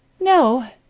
no,